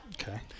okay